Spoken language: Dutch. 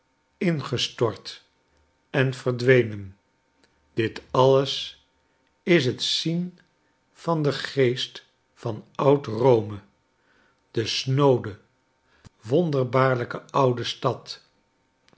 ort en verdwenen dit alles is het zien van den geest van oud rome de snoode wonderbaarlijke oude stad